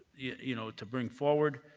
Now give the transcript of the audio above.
you know, to bring forward.